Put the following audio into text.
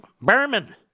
Berman